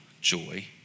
joy